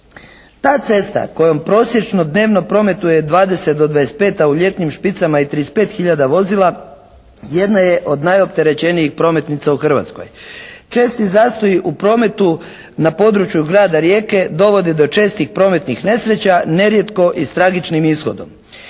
Ta cesta kojom prosječno dnevno prometuje 20 do 25, a u ljetnim špicama i 35 hiljada vozila jedna je od najopterećenijih prometnica u Hrvatskoj. Česti zastoji u prometu na području Grada Rijeke dovode do čestih prometnih nesreća nerijetko i s tragičnim ishodom.